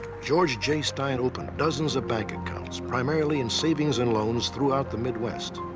george j. stein opened dozens of bank accounts, primarily in savings and loans throughout the midwest.